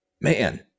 man